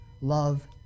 love